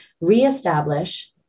reestablish